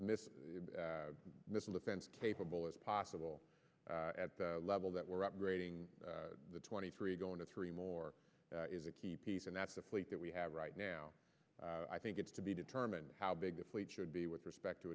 mrs missile defense capable as possible at the level that we're upgrading the twenty three going to three more is a key piece and that's the fleet that we have right now i think it's to be determined how big the fleet should be with respect to